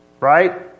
right